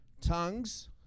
tongues